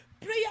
Prayer